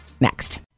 next